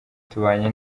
tubanye